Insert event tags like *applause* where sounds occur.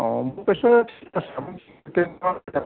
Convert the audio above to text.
অঁ *unintelligible*